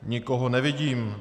Nikoho nevidím.